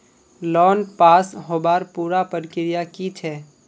Loan pass होबार पुरा प्रक्रिया की छे?